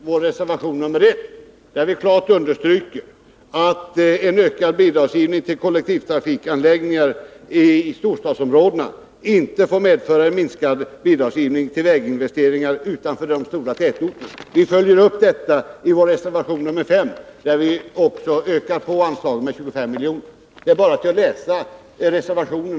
Herr talman! Jag ber att få hänvisa till vår reservation nr 1, där vi klart understryker att en ökad bidragsgivning till kollektivtrafikanläggningar i storstadsområdena inte får medföra en minskad bidragsgivning till väginvesteringar utanför de stora tätorterna. Vi följer upp detta i reservation 5, där vi föreslår en ökning av anslaget med 25 milj.kr. Det är bara för Rune Torwald att läsa våra reservationer.